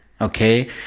okay